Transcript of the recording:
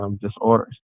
disorders